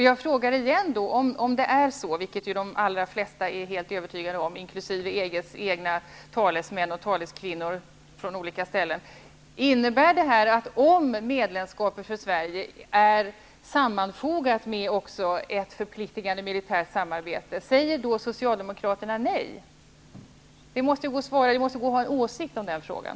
Jag frågar igen: Om det är så -- vilket de allra flesta är helt övertygade om, inklusive EG:s egna talesmän och taleskvinnor från olika ställen -- att medlemskap för Sverige är sammanfogat med ett förpliktigande militärt samarbete, säger då Socialdemokraterna nej? Det måste gå att ha en åsikt om den frågan.